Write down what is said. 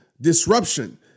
disruption